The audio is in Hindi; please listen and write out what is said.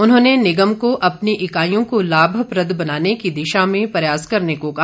उन्होंने निगम को अपनी इकाइयों को लाभप्रद बनाने की दिशा में प्रयास करने को कहा